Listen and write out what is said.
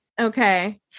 Okay